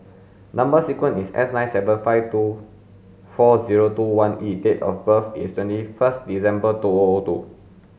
number sequence is S nine seven five four zero two one E and date of birth is twenty first December two O O two